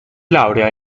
laurea